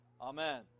Amen